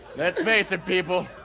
let's face it people,